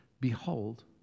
Behold